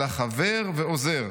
אלא חבר ועוזר'.